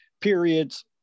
periods